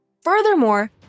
Furthermore